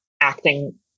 acting